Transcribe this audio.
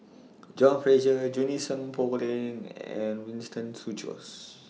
John Fraser Junie Sng Poh Leng and Winston Choos